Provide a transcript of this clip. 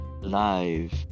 Live